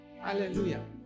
hallelujah